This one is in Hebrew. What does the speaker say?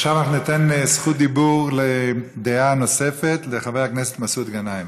עכשיו אנחנו ניתן זכות דיבור לדעה נוספת לחבר הכנסת מסעוד גנאים.